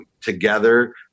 together